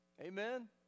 Amen